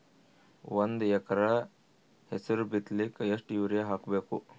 ಒಂದ್ ಎಕರ ಹೆಸರು ಬಿತ್ತಲಿಕ ಎಷ್ಟು ಯೂರಿಯ ಹಾಕಬೇಕು?